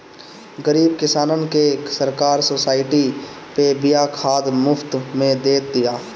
गरीब किसानन के सरकार सोसाइटी पे बिया खाद मुफ्त में दे तिया